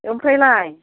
आमफ्रायलाइ